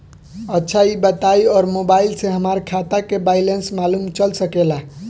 अच्छा ई बताईं और मोबाइल से हमार खाता के बइलेंस मालूम चल सकेला?